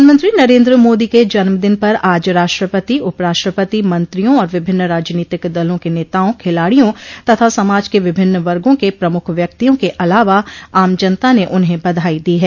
प्रधानमंत्री नरेन्द्र मोदी के जन्मदिन पर आज राष्ट्रपति उपराष्ट्रपति मंत्रियों और विभिन्न राजनीतिक दलों के नेताओं खिलाडियों तथा समाज के विभिन्न वर्गों के प्रमुख व्यक्तियों के अलावा आम जनता ने उन्हें बधाई दी है